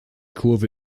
kurve